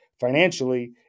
financially